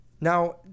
Now